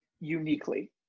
uniquely